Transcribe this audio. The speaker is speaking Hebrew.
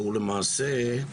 שלמעשה,